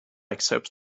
accepts